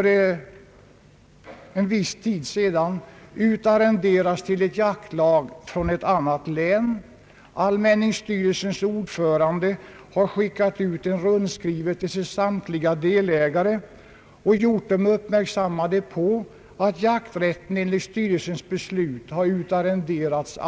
Enligt skrivelsen har jakten inom allmänningskogen utarrenderats för en viss tid till ett jaktlag från ett annat län. Styrelsens ordförande som skickat ut skrivelsen till samtliga delägare har fäst deras uppmärksamhet på att jakträtten enligt styrelsens beslut utarrenderats